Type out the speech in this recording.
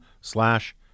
slash